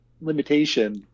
limitation